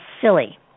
silly